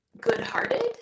good-hearted